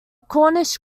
cornish